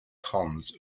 cons